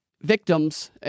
victims